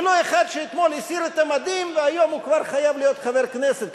ולא אחד שאתמול הסיר את המדים והיום הוא כבר חייב להיות חבר כנסת,